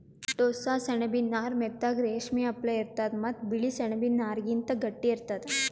ಟೋಸ್ಸ ಸೆಣಬಿನ್ ನಾರ್ ಮೆತ್ತಗ್ ರೇಶ್ಮಿ ಅಪ್ಲೆ ಇರ್ತದ್ ಮತ್ತ್ ಬಿಳಿ ಸೆಣಬಿನ್ ನಾರ್ಗಿಂತ್ ಗಟ್ಟಿ ಇರ್ತದ್